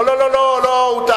לא, לא, לא, הוא טעה.